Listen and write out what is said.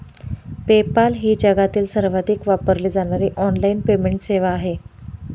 PayPal ही जगातील सर्वाधिक वापरली जाणारी ऑनलाइन पेमेंट सेवा आहे